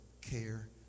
care